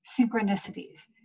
Synchronicities